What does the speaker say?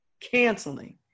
canceling